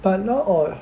but now our